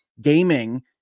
gaming